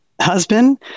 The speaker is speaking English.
husband